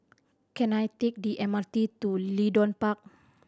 can I take the M R T to Leedon Park